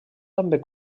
també